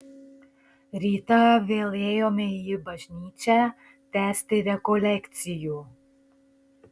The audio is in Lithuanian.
rytą vėl ėjome į bažnyčią tęsti rekolekcijų